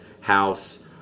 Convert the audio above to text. house